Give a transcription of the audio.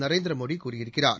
நரேந்திர மோடி கூறியிருக்கிறார்